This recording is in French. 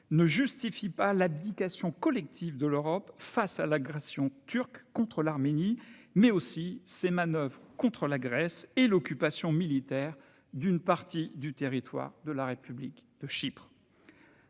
ne justifie pas l'abdication collective de l'Europe face à l'agression turque contre l'Arménie. Elle ne justifie pas davantage les manoeuvres de la Turquie contre la Grèce et l'occupation militaire d'une partie du territoire de la République de Chypre.